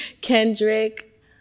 Kendrick